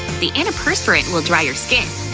the antiperspirant will dry your skin!